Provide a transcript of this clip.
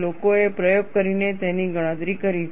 લોકોએ પ્રયોગ કરીને તેની ગણતરી કરી છે